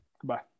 Goodbye